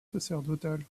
sacerdotal